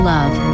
Love